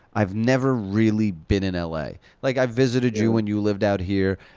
i've never really been in l a. like, i visited you when you lived out here.